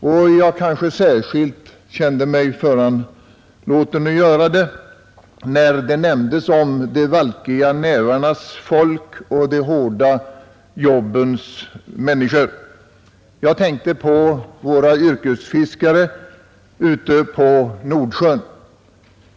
Jag kände mig kanske särskilt föranlåten att göra det, när det talades om de valkiga nävarnas folk och de hårda jobbens människor. Jag tänker på våra yrkesfiskare ute på Nordsjön.